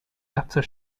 after